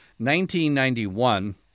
1991